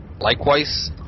Likewise